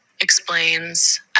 explains